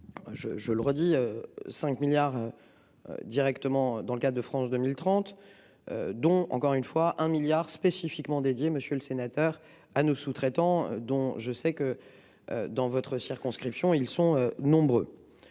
je le redis. 5 milliards. Directement dans le cas de France 2030. Dont encore une fois un milliard spécifiquement dédiés. Monsieur le sénateur, à nos sous-traitants dont je sais que. Dans votre circonscription, ils sont nombreux.